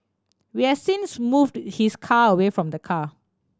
we has since moved his car away from the car